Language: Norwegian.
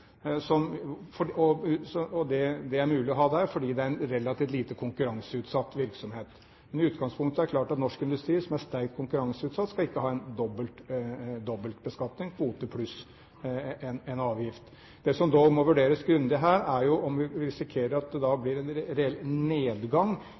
Det er det mulig å ha der fordi det er en relativt lite konkurranseutsatt virksomhet. Men i utgangspunktet er det klart at norsk industri, som er sterkt konkurranseutsatt, ikke skal ha en dobbeltbeskatning: kvote pluss en avgift. Det som dog må vurderes grundig her, er om vi risikerer at det da